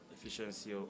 efficiency